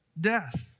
death